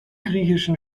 griechischen